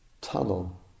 tunnel